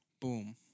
Boom